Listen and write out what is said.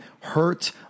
hurt